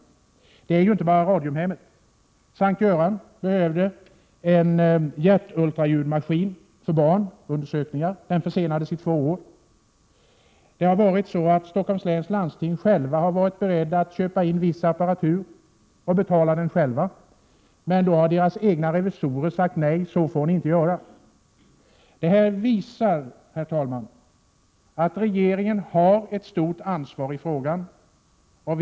Det gäller inte bara Radiumhemmet. S:t Görans sjukhus behövde en hjärt-ultraljudsmaskin för undersökningar av barn, men den försenades två 41 år. Inom Stockholms läns landsting har man själv varit beredd att köpa in viss apparatur och betala den, men då har deras revisorer sagt nej och talat om att de inte får göra så. Detta visar, herr talman, att regeringen har ett stort ansvar i den här frågan.